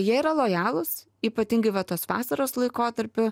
jie yra lojalūs ypatingai va tos vasaros laikotarpiu